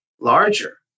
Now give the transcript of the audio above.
larger